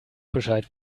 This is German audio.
bescheid